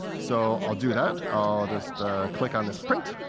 so i'll do that. i'll just click on this print.